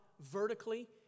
vertically